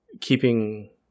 keeping